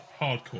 Hardcore